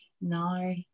no